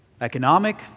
economic